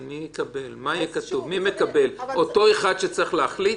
האם יקבל את זה אותו אחד שצריך להחליט?